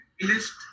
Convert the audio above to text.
list